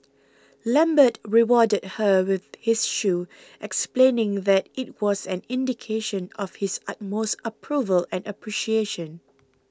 lambert rewarded her with his shoe explaining that it was an indication of his utmost approval and appreciation